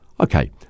Okay